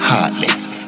Heartless